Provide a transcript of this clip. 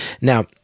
Now